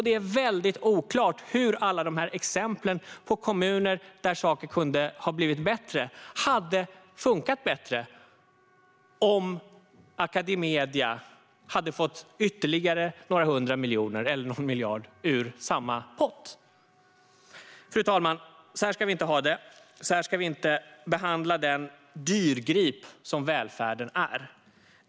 Det är väldigt oklart hur det i alla de här exemplen på kommuner där saker kunde ha blivit bättre hade funkat bättre om Academedia hade fått ytterligare några hundra miljoner eller någon miljard ur samma pott. Fru talman! Så här ska vi inte ha det. Så här ska vi inte behandla den dyrgrip som välfärden är.